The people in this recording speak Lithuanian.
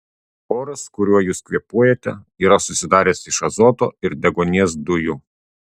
oras kuriuo jūs kvėpuojate yra susidaręs iš azoto ir deguonies dujų